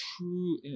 true